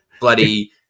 bloody